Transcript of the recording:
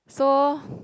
so